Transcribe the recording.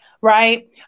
right